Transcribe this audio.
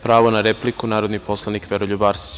Pravo na repliku, narodni poslanik Veroljub Arsić.